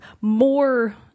more